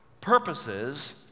purposes